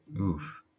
Oof